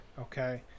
Okay